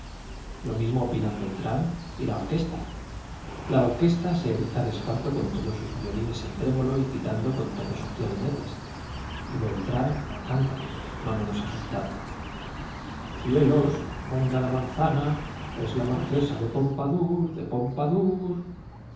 lo mismo opinan beltrand y la orquesta la orquesta se eriza de espanto con todos sus violines en trémolo y pitando con todos sus clarinetes y beltrand canta no menos asustado cantando y puesto en pie cielos monda la manzana es la marquesa de pompadour de